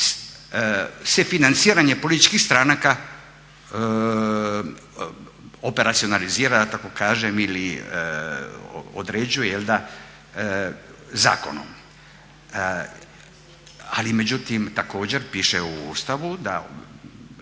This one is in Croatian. se financiranje političkih stranka operacionalizira da tako kažem ili određuje zakonom. Ali međutim također piše u Ustavu da